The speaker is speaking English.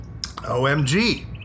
OMG